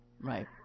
Right